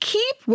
Keep